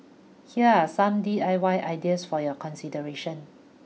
here are some D I Y ideas for your consideration